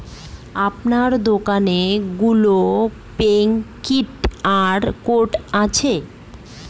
আপনার দোকানে Google Pay QR code আছে?